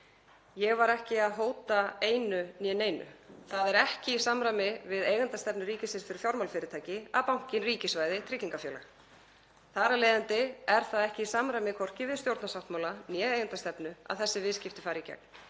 Ég var ekki að hóta einu eða neinu. Það er ekki í samræmi við eigendastefnu ríkisins fyrir fjármálafyrirtæki að bankinn ríkisvæði tryggingafélag. Þar af leiðandi er það hvorki í samræmi við stjórnarsáttmála né eigendastefnu að þessi viðskipti fari í gegn.